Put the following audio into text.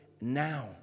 now